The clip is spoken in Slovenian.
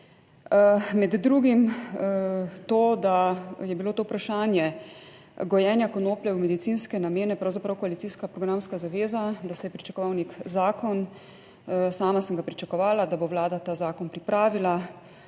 Med drugim to, da je bilo to vprašanje gojenja konoplje v medicinske namene pravzaprav koalicijska programska zaveza, da se je pričakoval nek zakon, sama sem ga pričakovala, da bo Vlada ta zakon pripravila,